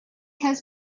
has